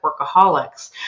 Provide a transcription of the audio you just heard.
workaholics